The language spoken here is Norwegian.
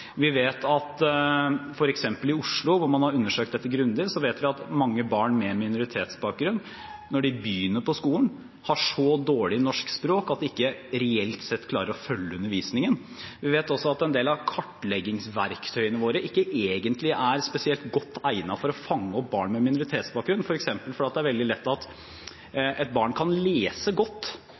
når de begynner på skolen, at de reelt sett ikke klarer å følge undervisningen. Vi vet også at en del av kartleggingsverktøyene våre ikke egentlig er spesielt godt egnet for å fange opp barn med minoritetsbakgrunn. Det er f.eks. veldig lett at et barn kan lese godt,